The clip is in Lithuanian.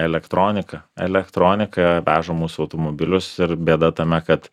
elektronika elektronika veža mūsų automobilius ir bėda tame kad